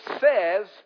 says